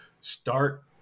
start